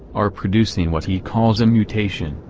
are producing what he calls a mutation,